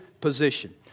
position